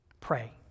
pray